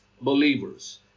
believers